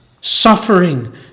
Suffering